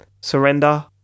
Surrender